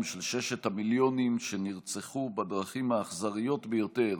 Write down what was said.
של ששת המיליונים שנרצחו בדרכים האכזריות ביותר